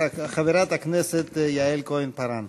חברת הכנסת יעל כהן-פארן.